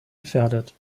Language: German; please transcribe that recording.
gefährdet